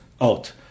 out